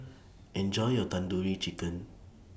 Enjoy your Tandoori Chicken